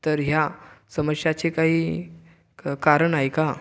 तर ह्या समस्याचे काही क कारण आहे का